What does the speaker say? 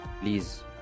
please